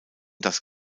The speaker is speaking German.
das